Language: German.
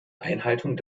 einhaltung